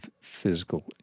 physical